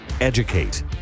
educate